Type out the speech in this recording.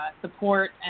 support